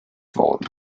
worden